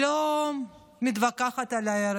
לא מתווכחת על הערך,